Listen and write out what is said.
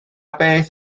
beth